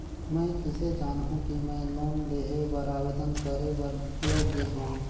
मैं किसे जानहूं कि मैं लोन लेहे बर आवेदन करे बर योग्य हंव?